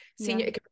senior